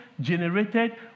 generated